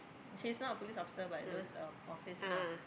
she's not a police officer but those um office lah